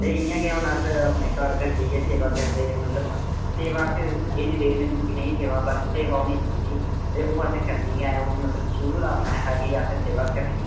ते इ'यां गै हून अस अपने घर घर जाइयै सेवा करदे हे मतलब सेवा फिर एह् निं दिखदे न कनेही सेवा बस सेवा होनी चाहिदी ते ओह् मतलब शुरू दा अपना एह् हा जे अ'सें सेवा करनी ऐ